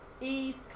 East